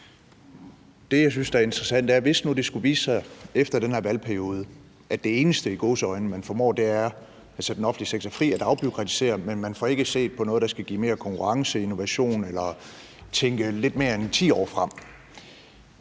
Det, jeg synes er interessant, er: Hvis nu det skulle vise sig efter den her valgperiode, at det – i gåseøjne – eneste, man formår, er at sætte den offentlige sektor fri, at afbureaukratisere, men at man ikke får set på noget, der skal give mere konkurrence og innovation, eller tænker lidt mere end 10 år frem,